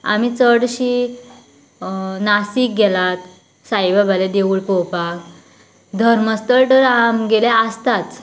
आमी चडशी नाशिक गेल्यात साई बाबालें देवूळ पोवपाक धर्मस्थळ तर आमगेले आसताच